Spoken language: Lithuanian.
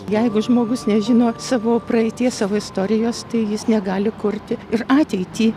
jeigu žmogus nežino savo praeities savo istorijos tai jis negali kurti ir ateitį